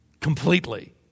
completely